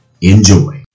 enjoy